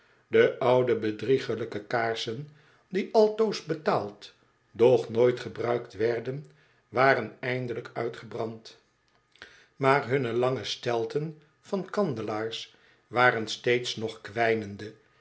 de oude bedrieglijke kaarsen die altoos betaald doch nooit gebruikt werden waren eindelijk uitgebrand maar hunne lange stelten van kandelaars waren steeds nog kwijnende